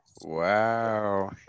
wow